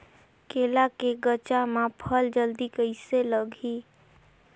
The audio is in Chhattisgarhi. केला के गचा मां फल जल्दी कइसे लगही?